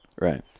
Right